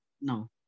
no